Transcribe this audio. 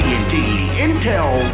Intel